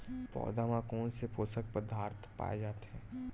पौधा मा कोन से पोषक पदार्थ पाए जाथे?